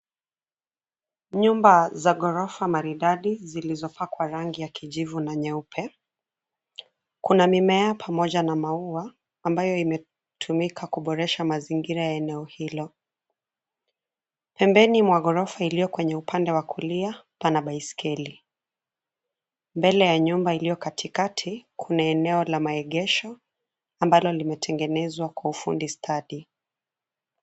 Nyumba za gorofa maridadi zilizo pakwa rangi ya kijivu na nyeupe, kuna mimea pamoja na maua ambayo imetumika kuboresha mazingira ya eneo hilo, pembeni mwa gorofa iliyo kwenye upande wa kulia, pana baiskeli. Mbele ya nyumba iliyo katikati, kuna eneo la maegesho, ambalo limetengenezwa kwa ufundi stadi.